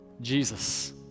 Jesus